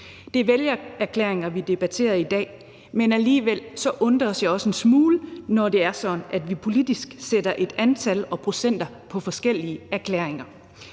Det er vælgererklæringer, vi debatterer i dag, men alligevel undres jeg også en smule, når det er sådan, at vi politisk sætter et antal og procenter på forskellige erklæringer.